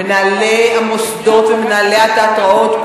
מנהלי המוסדות ומנהלי התיאטראות,